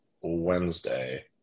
Wednesday